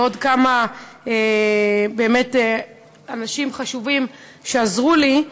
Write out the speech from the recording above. לעוד כמה אנשים חשובים שעזרו לי,